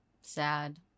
sad